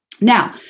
Now